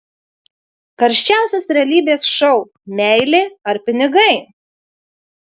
karščiausias realybės šou meilė ar pinigai